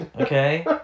okay